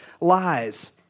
lies